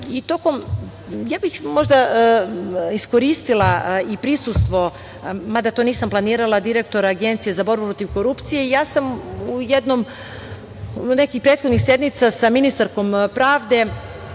ambasade. Iskoristila bih i prisustvo, mada to nisam planirala, direktora Agencije za borbu protiv korupcije. Na jednoj od nekih prethodnih sednica sa ministarskom pravde